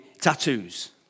tattoos